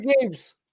games